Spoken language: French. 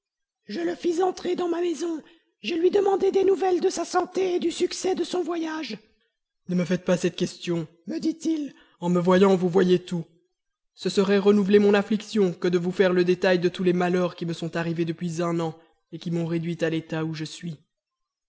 je le fis entrer dans ma maison je lui demandai des nouvelles de sa santé et du succès de son voyage ne me faites pas cette question me dit-il en me voyant vous voyez tout ce serait renouveler mon affliction que de vous faire le détail de tous les malheurs qui me sont arrivés depuis un an et qui m'ont réduit à l'état où je suis